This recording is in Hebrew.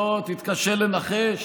לא תתקשה לנחש